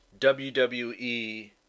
WWE